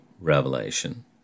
revelation